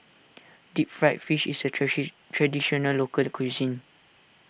Deep Fried Fish is a Traditional Local Cuisine